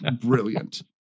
brilliant